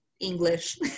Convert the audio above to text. English